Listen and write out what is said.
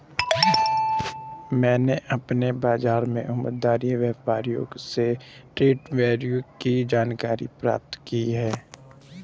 मैंने अपने बाज़ार के उमरदराज व्यापारियों से ट्रेड बैरियर की जानकारी प्राप्त की है